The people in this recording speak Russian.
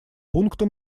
пункта